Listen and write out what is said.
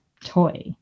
toy